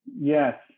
Yes